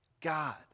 God